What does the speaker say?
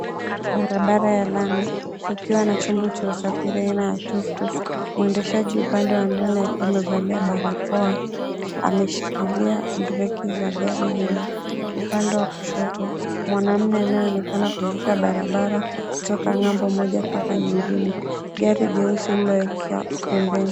Barabara ya lami, kukiwa na chombo cha usafiri aina ya tuktuk. Muendeshaji upande wa ndani akiwa amevalia barakoa, ameshikilia breki za gari hilo. Upande wa kushoto, mwanaume anayeonekana kuvuka barabara toka ng'ambo moja mpaka nyingine. Gari ni jeusi lililoekea pembeni.